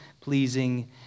pleasing